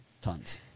tons